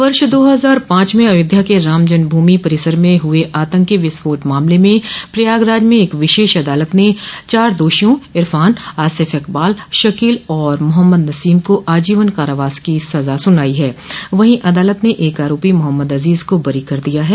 वर्ष दो हजार पांच में अध्योध्या क राम जन्मभूमि परिसर में हुए आतंकी विस्फोट मामले में प्रयागराज में एक विशेष अदालत ने चार दोषियों इरफान आसिफ इकबाल शकील और मोहम्मद नसीम को आजीवन कारावास की सजा सुनायी है वहीं अदालत ने एक आरोपी मोहम्मद अजीज को बरी कर दिया है